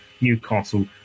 Newcastle